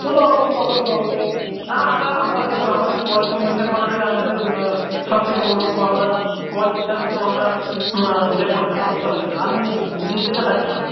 অবশ্যই অবশ্যই অবশ্যই না না আমরা আমরা দেখুন আমাদের কোয়ালিটি মেনটেন করাটাই আমাদের সবচেয়ে বড় লক্ষ্য আমরা কোয়ালিটির সাথে কোনো আমরা ইয়ে করি না সমঝোতা করি না আপনি নিশ্চিন্তে থাকতে পারেন